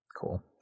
Cool